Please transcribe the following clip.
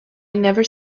never